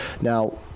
Now